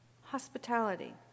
hospitality